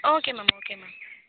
okay ma'am okay ma'am